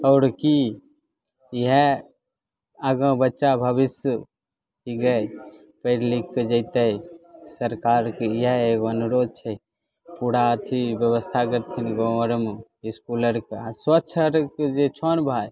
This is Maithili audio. आओर की इएह आगाँ बच्चा भविष्यके पढ़ि लिखके जइतै सरकारके इएह एगो अनुरोध छै पूरा अथी बेबस्था करथिन गाँव आरमे इसकुल आरके आ स्वच्छ आरके जे छै ने भाइ